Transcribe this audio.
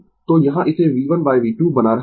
तो यहाँ इसे V1 V2 बना रहा हूँ